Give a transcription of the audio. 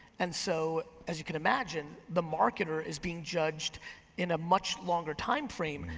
and so as you can imagine, the marketer is being judged in a much longer timeframe.